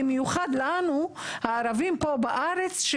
במיוחד לנו הערבים פה בארץ,